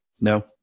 No